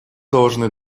должны